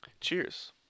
Cheers